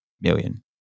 million